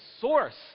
source